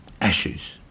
ashes